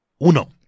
uno